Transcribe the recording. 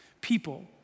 People